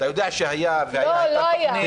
אתה יודע שהיה והייתה תוכנית --- לא, לא היה.